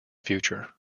future